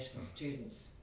students